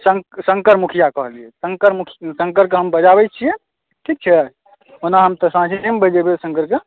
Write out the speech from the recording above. शङ्कर मुखिआ कहलियै शङ्करके हम बजाबैत छियै ठीक छै ओना हम तऽ साँझेमे बजेबै शङ्करके